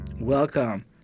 Welcome